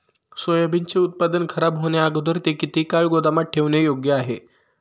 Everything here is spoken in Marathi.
सोयाबीनचे उत्पादन खराब होण्याअगोदर ते किती वेळ गोदामात ठेवणे योग्य आहे?